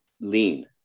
lean